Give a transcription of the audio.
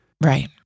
Right